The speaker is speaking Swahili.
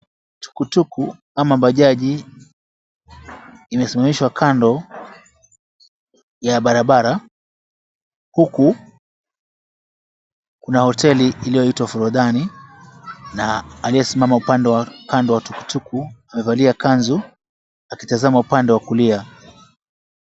Tukutuku ama bajaji imesimamishwa kando ya barabara, huku kuna hoteli iliyoitwa "Forodhani" na aliyesimama upande wa kando ya tukutuku amevalia kanzu akitazama upande wa kulia.